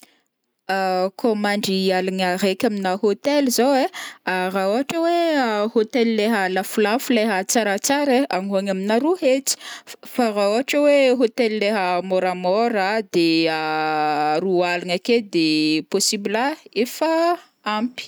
kô mandry aligny araiky aminà hôtel zao ai, raha ohatra hoe hôtel leha lafolafo leha tsaratsara ai agny ho agny aminà roa hetsy f- fa raha ohatra hoe hôtel leha moramora de roa aligna aké de possible a efa ampy.